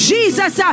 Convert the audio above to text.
Jesus